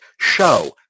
show